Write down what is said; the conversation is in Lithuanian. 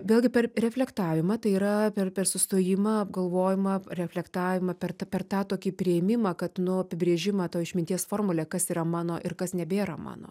vėlgi per reflektavimą tai yra per per sustojimą apgalvojimą reflektavimą per per tą tokį priėmimą kad nu apibrėžimą to išminties formulę kas yra mano ir kas nebėra mano